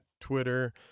Twitter